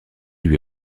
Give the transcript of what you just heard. lui